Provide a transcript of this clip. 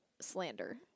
slander